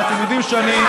ואתם יודעים שאני,